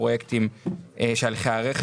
והפרויקטים של הליכי הרכש,